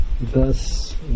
Thus